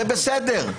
זה בסדר.